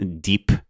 deep